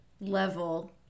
level